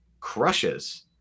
crushes